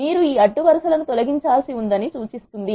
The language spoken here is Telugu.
మీరు ఈ అడ్డు వరుస లను తొలగించాల్సి ఉందని సూచిస్తుంది